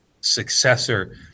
successor